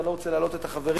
אני לא רוצה להלאות את החברים,